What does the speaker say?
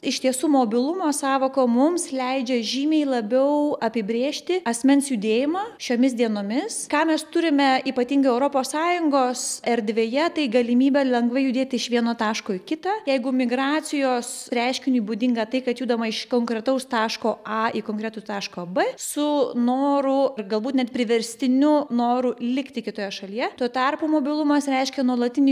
iš tiesų mobilumo sąvoko mums leidžia žymiai labiau apibrėžti asmens judėjimą šiomis dienomis ką mes turime ypatingai europos sąjungos erdvėje tai galimybę lengvai judėti iš vieno taško į kitą jeigu migracijos reiškiniui būdinga tai kad judama iš konkretaus taško a į konkretų tašką b su noru ir galbūt net priverstiniu noru likti kitoje šalyje tuo tarpu mobilumas reiškia nuolatinį